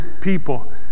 people